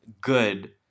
good